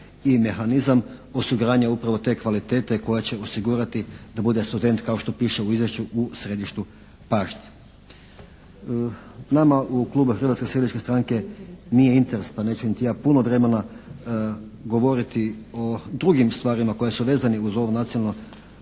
i mehanizam osiguranja upravo te kvalitete koja će osigurati da bude student kao što piše u izvješću u središtu pažnje. Nama u klubu Hrvatske seljačke stranke nije interes pa neću niti ja puno vremena govoriti o drugim stvarima koje su vezane uz ovo